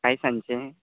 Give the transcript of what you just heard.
आयज सांचें